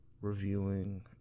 reviewing